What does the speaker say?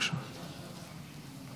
בבקשה,